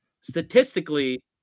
statistically